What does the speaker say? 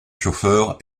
chauffeurs